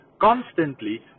constantly